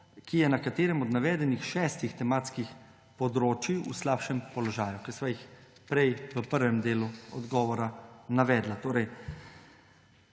ki je na katerem od navedenih šestih tematskih področji v slabšem položaju, ki sva jih v prvem delu odgovora navedla,